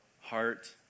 heart